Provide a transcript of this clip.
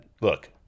look